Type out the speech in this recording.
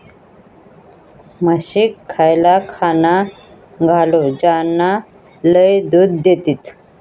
म्हशीक खयला खाणा घालू ज्याना लय दूध देतीत?